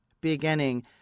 beginning